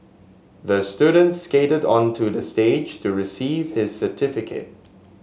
the student skated onto the stage to receive his certificate